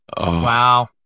Wow